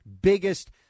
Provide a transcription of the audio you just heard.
biggest